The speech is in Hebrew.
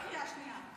אבל מה זה קריאה שנייה?